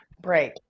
break